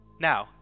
Now